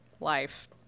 life